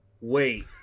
wait